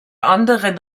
anderen